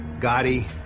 Gotti